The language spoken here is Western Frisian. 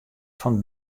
fan